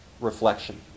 reflection